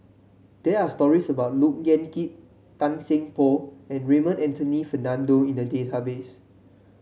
there are stories about Look Yan Kit Tan Seng Poh and Raymond Anthony Fernando in the database